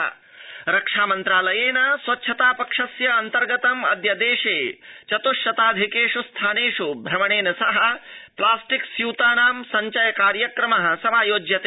रक्षामंत्रालयः रक्षामन्त्रालयेन स्वच्छता पक्षस्य अन्तर्गतम् अद्य देशे चतुश्शताधिकेष् स्थानेष् भ्रमणेन सह प्लास्टिक स्यूतानां संचयक्रार्यक्रमः समायोज्यते